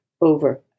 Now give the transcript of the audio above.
over